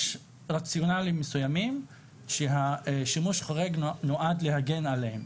יש רציונלים מסוימים שהשימוש החורג נועד להגן עליהם.